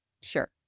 Sure